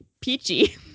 peachy